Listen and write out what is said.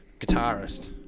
guitarist